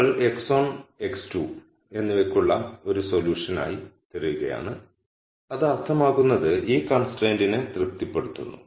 നിങ്ങൾ x1 x2 എന്നിവയ്ക്കുള്ള ഒരു സൊല്യൂഷനായി തിരയുകയാണ് അത് അർത്ഥമാക്കുന്നത് ഈ കൺസ്ട്രൈന്റിനെ തൃപ്തിപ്പെടുത്തുന്നു